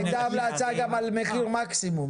גם על מחיר מקסימום.